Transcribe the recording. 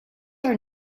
are